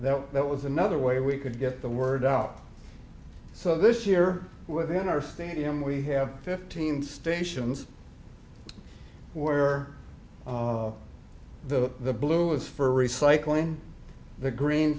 that that was another way we could get the word out so this year within our stadium we have fifteen stations where the the blue is for recycling the green